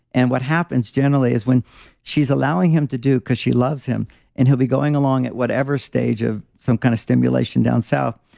and what happens generally is when she's allowing him to do because she loves him and he'll be going along at whatever stage of some kind of stimulation down south.